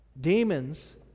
Demons